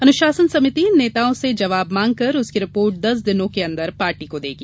अनुशासन समिति इन नेताओं से जवाब मांगकर उसकी रिपोर्ट दस दिनों के अंदर पार्टी को देगी